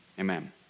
Amen